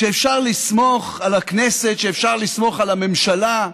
שאפשר לסמוך על הכנסת, שאפשר לסמוך על הממשלה,